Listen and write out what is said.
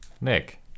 Nick